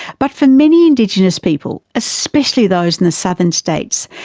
but for many indigenous people, especially those in the southern states,